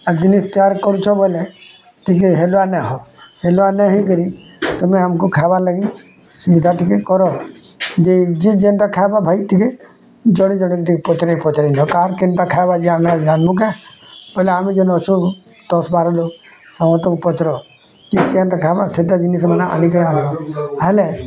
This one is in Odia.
ଆର୍ ଜିନିଷ୍ ତିଆର୍ କରୁଛ ବୋଲେ ଟିକେ ହେଲୱା ନାଇଁ ହଉ ହେଲୱା ନେଇଁ ହେଇକରି ତମେ ଆମକୁ ଖାଇବା ଲାଗି ସୁବିଧା ଟିକେ କର ଯି ଯିଏ ଯେନ୍ଟା ଖାଇବ ଭାଇ ଟିକେ ଜଣେ ଜଣେ ଟିକେ ପଚାରି ପଚାରି ଲଗା କାହାର୍ କେନ୍ତା ଖାଇବା ଯେ ଆମେ ଜାଣିବୁ କାଁ ବୋଇଲେ ଆମେ ଯେନ୍ ଅଛୁଁ ଦଶ୍ ବାର ଲୋକ୍ ସମସ୍ତଙ୍କୁ ପଚାର କିଏ କେନ୍ତି ଖାଇବା ସେଇଟା ଜିନିଷମାନେ ଆନିକରି ଆନବେ ଆଇଲେ